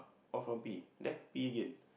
all for P_D_P_A again